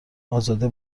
ازاده